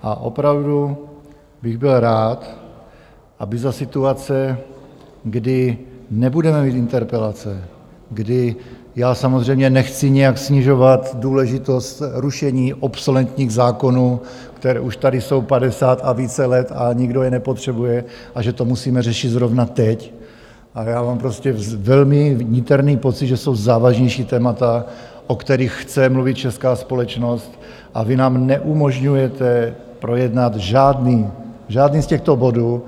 A opravdu bych byl rád, aby za situace, kdy nebudeme mít interpelace, kdy já samozřejmě nechci nějak snižovat důležitost rušení obsoletních zákonů, které už tady jsou padesát a více let a nikdo je nepotřebuje, a že to musíme řešit zrovna teď a já mám prostě velmi niterný pocit, že jsou závažnější témata, o kterých chce mluvit česká společnost, a vy nám neumožňujete projednat žádný z těchto bodů.